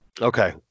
Okay